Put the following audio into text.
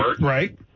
Right